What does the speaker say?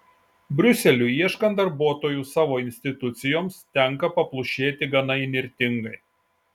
briuseliui ieškant darbuotojų savo institucijoms tenka paplušėti gana įnirtingai